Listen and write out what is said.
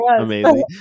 amazing